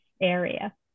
area